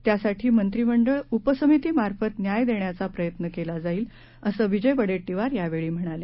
त्यासाठी मंत्रिमंडळ उपसमितीमार्फत न्याय देण्याचा प्रयत्न केला जाईल असं विजय वडेड्टीवार यावेळी म्हणाले